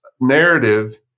narrative